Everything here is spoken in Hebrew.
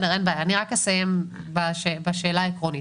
אסיים רק בשאלה העקרונית.